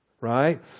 right